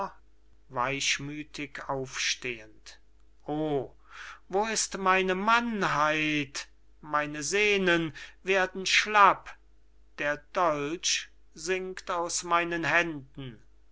o wo ist meine mannheit meine sehnen werden schlapp der dolch sinkt aus meinen händen